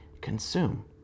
consume